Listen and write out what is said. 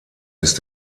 ist